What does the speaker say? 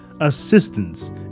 assistance